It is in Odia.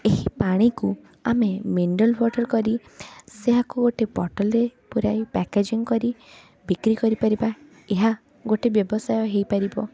ଏହି ପାଣିକୁ ଆମେ ମିନେରାଲ ୱାଟର୍ କରି ସେହାକୁ ଏଇଠି ବୋଟଲରେ ପୁରାଇ ପ୍ୟାକେଜିଙ୍ଗକରି ବିକ୍ରି କରିପାରିବା ଏହା ଗୋଟେ ବ୍ୟବସାୟ ହେଇପାରିବ